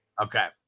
okay